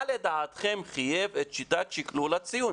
מה לדעתכם חייב את שיטת שקלול הציון,